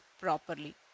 properly